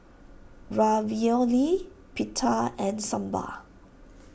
Ravioli Pita and Sambar